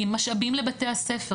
עם משאבים לבתי הספר,